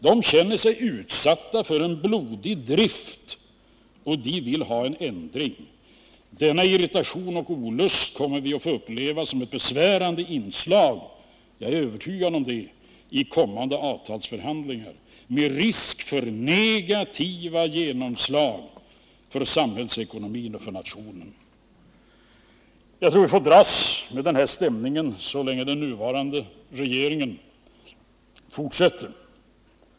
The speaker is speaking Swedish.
De känner sig utsatta för en blodig drift och de vill ha en ändring. Denna irritation och olust kommer vi att få uppleva som ett besvärande inslag — jag är övertygad om det — i kommande avtalsförhandlingar med risk för negativa genomslag för samhällsekonomin och för nationen. Jag tror att vi får dras med den här stämningen så länge som den nuvarande regeringen fortsätter.